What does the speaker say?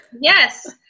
yes